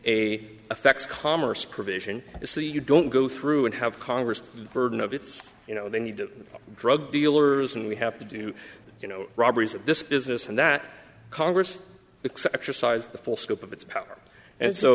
a affects commerce provision so you don't go through and have congress burden of it's you know they need to drug dealers and we have to do you know robberies at this business and that congress except for size the full scope of its power and so